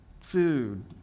food